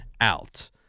out